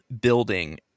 building